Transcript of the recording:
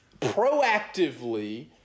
proactively